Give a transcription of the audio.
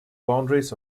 boundaries